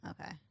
Okay